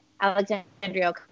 Alexandria